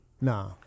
Nah